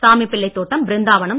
Samipillaithottam Brindavanam